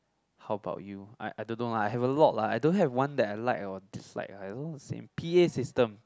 how about you I I don't know lah I have a log lah I don't have one that I like or dislike lah I don't know the same p_a system